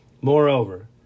Moreover